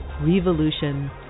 Revolution